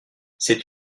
c’est